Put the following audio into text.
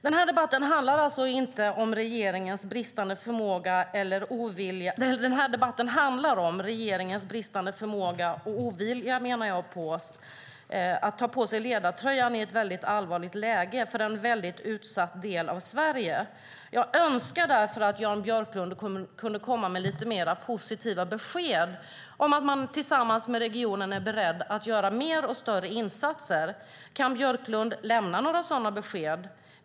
Den här debatten menar jag alltså handlar om regeringens bristande förmåga och ovilja att ta på sig ledartröjan i ett väldigt allvarligt läge för en väldigt utsatt del av Sverige. Jag önskar därför att Jan Björklund kunde komma med lite mer positiva besked om att man tillsammans med regionen är beredd att göra mer och större insatser. Kan Björklund lämna några sådana besked?